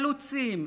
וחלוצים,